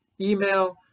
email